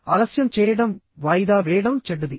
ఆలస్యం చేయడం వాయిదా వేయడం చెడ్డది